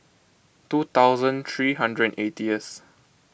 two thousand three hundred and eightieth